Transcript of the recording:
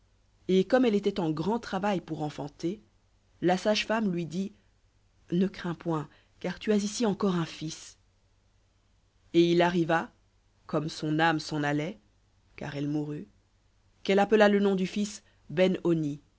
et comme elle était en grand travail pour enfanter la sage-femme lui dit ne crains point car tu as ici encore un fils et il arriva comme son âme s'en allait car elle mourut qu'elle appela le nom du fils